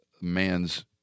man's